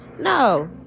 no